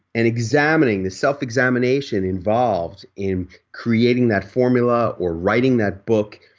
and examining, the self-examination involved in creating that formula or writing that book,